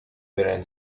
within